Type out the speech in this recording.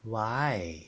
why